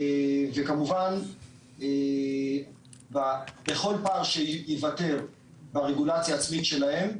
וכמובן בכל פעם שיוותר ברגולציה העצמית שלהם,